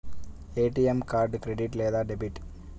ATM card credit లేదా debit?